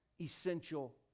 essential